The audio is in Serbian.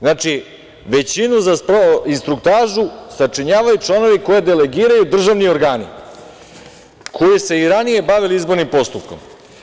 Znači, većinu i struktažu sačinjavaju članovi koje delegiraju državni organi koji su se i ranije bavili izbornim postupkom.